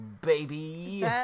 baby